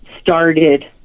started